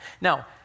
Now